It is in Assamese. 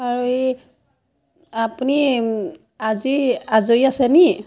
আৰু এই আপুনি আজি আজৰি আছেনি